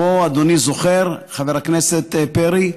ואדוני חבר הכנסת פרי זוכר,